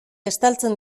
estaltzen